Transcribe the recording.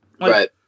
Right